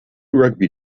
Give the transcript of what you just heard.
rugby